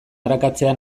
arakatzea